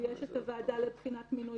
ויש ועדה לבחינת מינוי